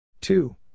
two